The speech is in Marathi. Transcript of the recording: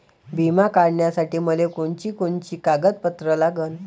बिमा काढासाठी मले कोनची कोनची कागदपत्र लागन?